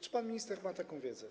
Czy pan minister ma taką wiedzę?